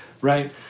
right